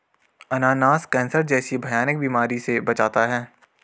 अनानास कैंसर जैसी भयानक बीमारी से बचाता है